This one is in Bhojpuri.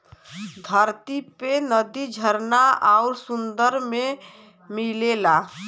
धरती पे नदी झरना आउर सुंदर में मिलला